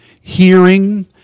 hearing